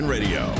Radio